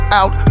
out